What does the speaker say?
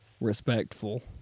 respectful